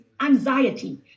anxiety